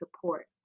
support